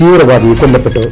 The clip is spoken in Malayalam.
തീവ്രവാദി കൊല്ലപ്പെട്ടിു